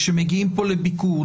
שמגיעים פה לביקור,